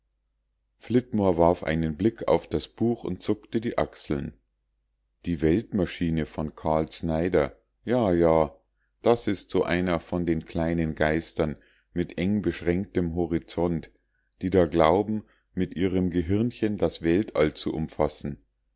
flitmore warf einen blick auf das buch und zuckte die achseln die weltmaschine von karl snyder ja ja das ist so einer von den kleinen geistern mit engbeschränktem horizont die da glauben mit ihrem gehirnchen das weltall zu umfassen